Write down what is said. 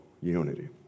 unity